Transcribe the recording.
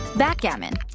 backgammon.